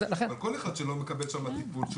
אבל כל אחד שלא מקבל שם טיפול,